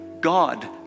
God